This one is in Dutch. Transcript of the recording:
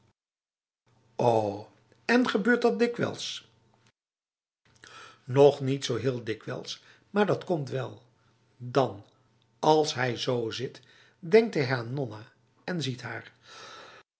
zob en gebeurt dat dikwijls nog niet zo heel dikwijls maar dat komt wel dan als hij zo zit denkt hij aan nonna en ziet haar